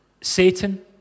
Satan